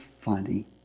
funny